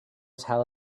tell